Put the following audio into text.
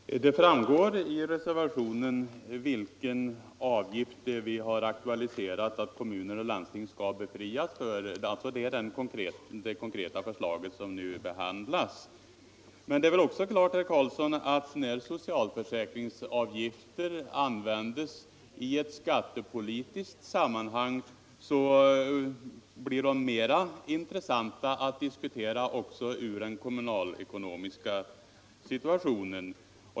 Herr talman! Det framgår av reservationen vilken avgift vi vill att kommuner och landsting skall befrias ifrån. Det är alltså det konkreta förslag som nu behandlas. Men — det är väl också klart, herr Karlsson i Ronneby — när socialförsäkringsavgifter används i ett skattepolitiskt sammanhang blir de mera intressanta att diskutera också med utgångspunkt i den kommunalekonomiska situationen.